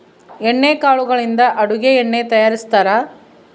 ಎಣ್ಣೆ ಕಾಳುಗಳಿಂದ ಅಡುಗೆ ಎಣ್ಣೆ ತಯಾರಿಸ್ತಾರಾ